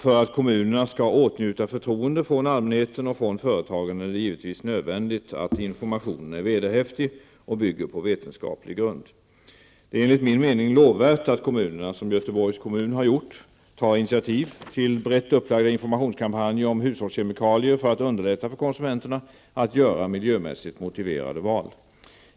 För att kommunerna skall åtnjuta förtroende från allmänheten och från företagen är det givetvis nödvändigt att informationen är vederhäftig och bygger på vetenskaplig grund. Det är enligt min mening lovvärt att kommunerna, som Göteborgs kommun har gjort, tar initiativ till brett upplagda informationskampanjer om hushållskemikalier för att underlätta för konsumenterna att göra miljömässigt motiverade val.